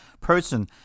person